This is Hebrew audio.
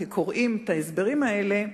כקוראים את ההסברים האלה,